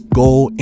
goal